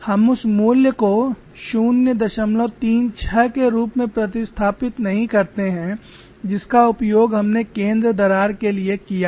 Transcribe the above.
हम उस मूल्य को 036 के रूप में प्रतिस्थापित नहीं करते हैं जिसका उपयोग हमने केंद्र दरार के लिए किया था